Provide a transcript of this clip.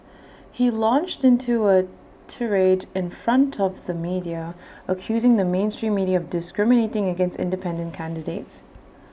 he launched into A tirade in front of the media accusing the mainstream media of discriminating against independent candidates